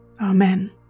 Amen